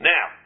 Now